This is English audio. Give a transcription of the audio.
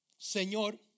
Señor